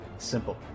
Simple